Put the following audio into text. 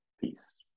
Peace